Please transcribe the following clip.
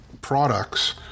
products